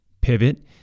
pivot